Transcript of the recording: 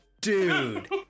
dude